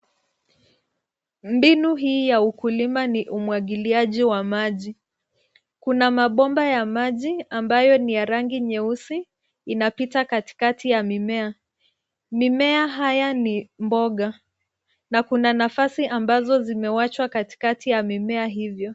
Mbinu hii ya ukulima ni umwagiliaji wa maji. Kuna mabomba ya maji ambayo ni ya rangi nyeusi inapita katikati ya mimea. Mimea haya ni mboga na kuna nafasi ambazo zimewachwa katikati ya mimea hivyo.